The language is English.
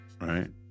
right